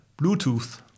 Bluetooth